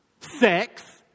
sex